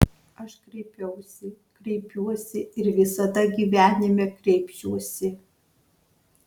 aš kreipiausi kreipiuosi ir visada gyvenime kreipsiuosi